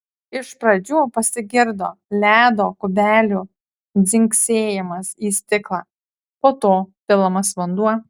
iš pradžių pasigirdo ledo kubelių dzingsėjimas į stiklą po to pilamas vanduo